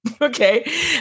Okay